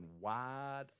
wide